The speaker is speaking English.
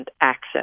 access